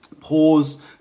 pause